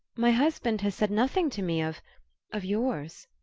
my husband has said nothing to me of of yours.